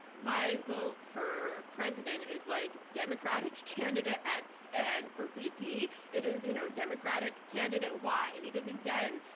my vote for president is like democratic candidate x. and for vp, it is you know democratic candidate y. because again,